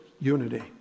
unity